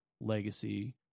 legacy